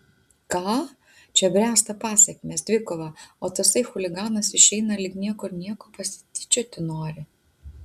ką čia bręsta pasekmės dvikova o tasai chuliganas išeina lyg niekur nieko pasityčioti nori